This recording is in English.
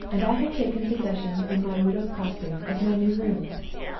and i have taken possession, in my widow's costume, of my new rooms.